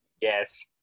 Yes